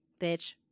Bitch